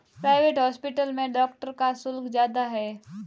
private hospital में doctor का शुल्क ज्यादा है